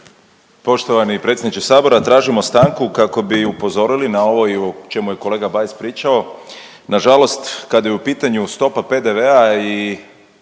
Poštovani predsjedniče sabora tražimo stanku kako bi upozorili na ovo i o čemu je kolega Bajs pričao. Nažalost, kada je u pitanju stopa PDV-a i